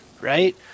right